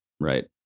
Right